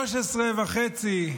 13.5,